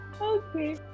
Okay